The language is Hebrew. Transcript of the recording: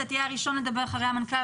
אתה תהיה הראשון לדבר אחרי המנכ"ל,